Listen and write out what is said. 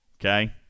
okay